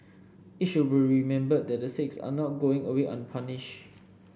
it should be remembered that the six are not going away unpunished